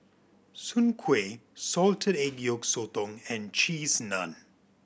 soon kway salted egg yolk sotong and Cheese Naan